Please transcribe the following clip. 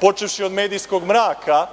počevši od medijskog mraka,